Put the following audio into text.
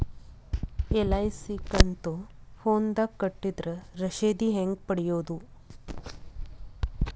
LIC ಕಂತು ಫೋನದಾಗ ಕಟ್ಟಿದ್ರ ರಶೇದಿ ಹೆಂಗ್ ಪಡೆಯೋದು?